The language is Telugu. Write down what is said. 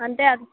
అంటే అది